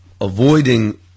avoiding